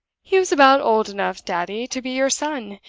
he was about old enough, daddy, to be your son,